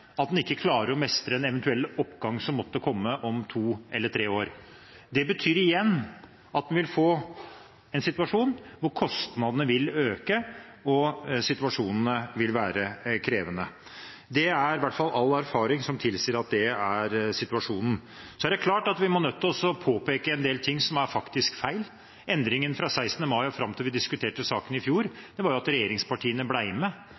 at en ikke klarer å mestre en eventuell oppgang som måtte komme om to eller tre år. Det betyr igjen at en vil få en situasjon hvor kostnadene vil øke, og situasjonen vil være krevende. All erfaring tilsier i hvert fall at det er situasjonen. Så er det klart at vi er nødt til å påpeke en del ting som er faktisk feil. Endringen fra 16. mai og fram til vi diskuterte saken i fjor, var at regjeringspartiene ble med,